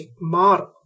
model